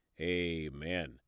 amen